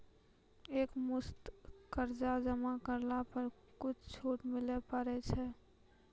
एक मुस्त कर्जा जमा करला पर कुछ छुट मिले पारे छै?